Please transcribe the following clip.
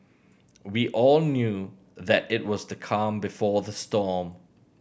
we all knew that it was the calm before the storm